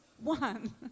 one